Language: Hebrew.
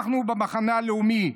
אנחנו במחנה הלאומי,